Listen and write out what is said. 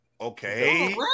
Okay